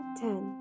ten